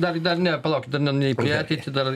dar dar ne palaukit dar ne ne į ateitį dar